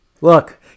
Look